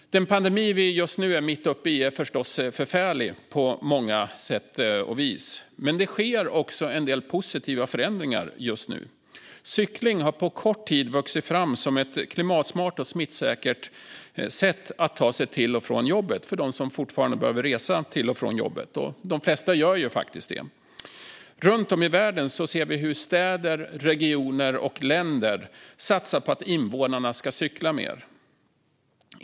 Den pandemi som vi är mitt uppe i är förstås förfärlig på många sätt och vis, men det sker också positiva förändringar just nu. Cykling har på kort tid vuxit fram som ett klimatsmart och smittsäkert sätt att ta sig till och från jobbet för dem som fortfarande behöver resa till och från jobbet - och de flesta gör faktiskt det. Runt om i världen ser vi hur städer, regioner och länder satsar på att invånarna ska cykla mer.